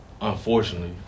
unfortunately